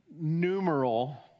numeral